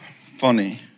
funny